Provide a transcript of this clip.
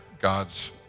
God's